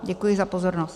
Děkuji za pozornost.